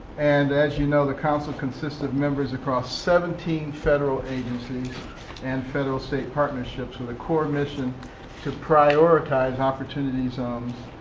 and, as you know, the council consists of members across seventeen federal agencies and federal state partnerships with a core mission to prioritize opportunity zones,